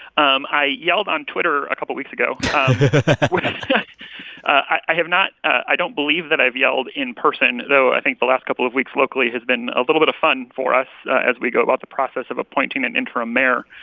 um i yelled on twitter a couple weeks ago which i have not i don't believe that i've yelled in person, though, i think the last couple of weeks locally has been a little bit of fun for us as we go about the process of appointing an interim mayor.